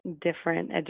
different